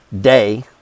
day